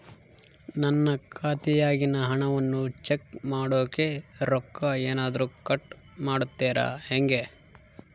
ನನ್ನ ಖಾತೆಯಾಗಿನ ಹಣವನ್ನು ಚೆಕ್ ಮಾಡೋಕೆ ರೊಕ್ಕ ಏನಾದರೂ ಕಟ್ ಮಾಡುತ್ತೇರಾ ಹೆಂಗೆ?